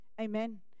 Amen